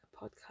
podcast